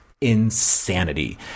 insanity